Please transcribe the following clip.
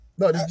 No